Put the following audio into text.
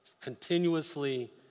continuously